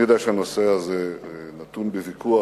אני יודע שהנושא הזה נתון בוויכוח,